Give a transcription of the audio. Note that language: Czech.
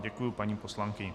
Děkuji paní poslankyni.